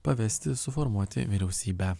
pavesti suformuoti vyriausybę